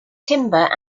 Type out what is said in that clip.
timber